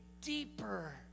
deeper